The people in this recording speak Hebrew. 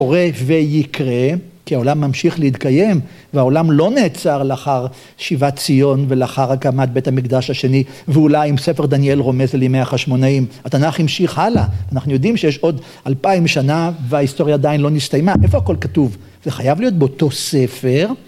קורה ויקרה כי העולם ממשיך להתקיים והעולם לא נעצר לאחר שיבת ציון ולאחר הקמת בית המקדש השני. ואולי אם ספר דניאל רומז על ימי החשמונאים. התנ״ך המשיך הלאה. אנחנו יודעים שיש עוד אלפיים שנה, וההיסטוריה עדיין לא נסתיימה. איפה הכול כתוב? זה חייב להיות באותו ספר